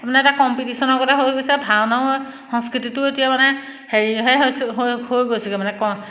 তাৰমানে এতিয়া কম্পিটিশ্যনৰ গতে হৈ গৈছে ভাওনাও সংস্কৃতিটো এতিয়া মানে হেৰিহে হৈছে হৈ গৈছেগৈ মানে